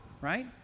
right